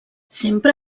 sempre